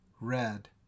red